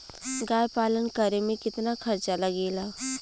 गाय पालन करे में कितना खर्चा लगेला?